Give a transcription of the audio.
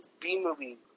B-movie